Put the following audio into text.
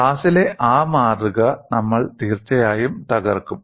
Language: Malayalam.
ക്ലാസിലെ ആ മാതൃക നമ്മൾ തീർച്ചയായും തകർക്കും